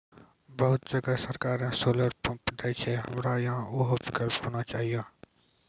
बहुत जगह सरकारे सोलर पम्प देय छैय, हमरा यहाँ उहो विकल्प होना चाहिए?